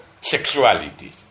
sexuality